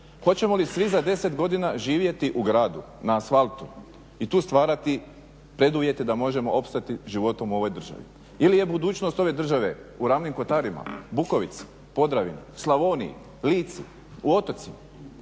Hoćemo li svi za 10 godina živjeti u gradu, na asfaltu i tu stvarati preduvjete da možemo opstati životom u ovoj državi ili je budućnost ove države u Ravnim Kotarima, Bukovici, Podravini, Slavoniji, Lici, u otocima.